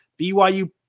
BYU